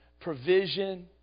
provision